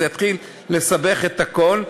זה יתחיל לסבך את הכול.